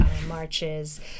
marches